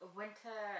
winter